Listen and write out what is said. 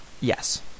yes